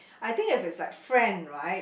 I think if it's like friend right